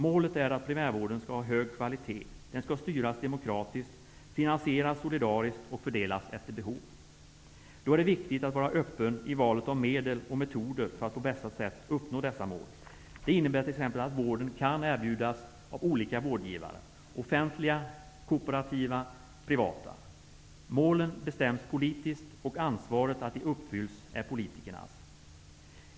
Målet är att primärvården skall ha hög kvalitet, skall styras demokratiskt, finansieras solidariskt och fördelas efter behov. Det är viktigt att vara öppen i valet av medel och metoder för att på bästa sätt uppnå dessa mål. Det innebär t.ex. att vården kan erbjudas av olika vårdgivare -- offentliga, kooperativa och privata. Målen bestäms politiskt, och ansvaret att de uppfylls är politikernas.